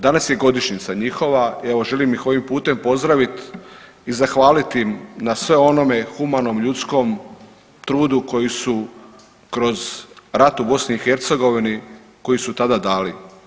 Danas je godišnjica njiva i evo želim ih ovim putem pozdraviti i zahvaliti im na svemu onome humanom, ljudskom trudu kroz rat u BiH koji su tada dali.